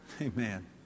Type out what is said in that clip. Amen